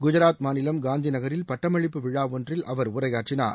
குஜராத் மாநிலம் காந்தி நகரில் பட்டமளிப்பு விழா ஒன்றில் அவர் உரையாற்றினார்